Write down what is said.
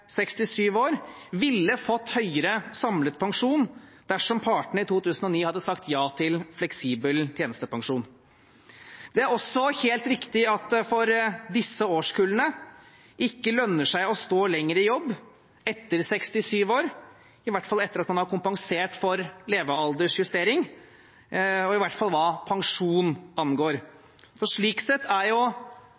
67 år, ville fått høyere samlet pensjon dersom partene i 2009 hadde sagt ja til fleksibel tjenestepensjon. Det er også helt riktig at det for disse årskullene ikke lønner seg å stå lenger i jobb etter 67 år, i hvert fall etter at man har kompensert for levealdersjustering, og i hvert fall hva pensjon angår.